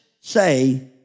say